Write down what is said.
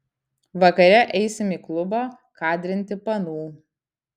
vakare eisim į klubą kadrinti panų